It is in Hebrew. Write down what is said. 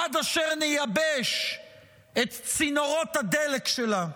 עד אשר נייבש את צינורות הדלק שלה.